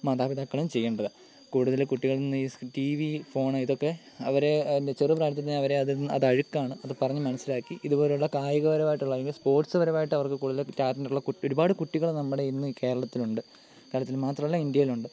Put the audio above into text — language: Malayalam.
മാതാപിതാക്കൾ ചെയ്യേണ്ടത് കൂടുതൽ കുട്ടികളിൽ നിന്ന് ഈ ടി വി ഫോൺ ഇതൊക്കെ അവരെ എന്താ ചെറിയ പ്രായത്തിൽത്തന്നെ അവരെ അതിൽ നിന്ന് അത് അഴുക്കാണ് അത് പറഞ്ഞ് മനസ്സിലാക്കി ഇതുപോലുള്ള കായിക പരമായിട്ടുള്ള അല്ലെങ്കിൽ സ്പോർട്സ് പരമായിട്ട് അവർക്ക് കൂടുതൽ ടാലന്റുള്ള കു ഒരുപാട് കുട്ടികൾ നമ്മുടെ ഇന്ന് ഈ കേരളത്തിലുണ്ട് കേരളത്തിൽ മാത്രമല്ല ഇന്ത്യയിലുമുണ്ട്